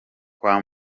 kwa